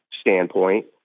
standpoint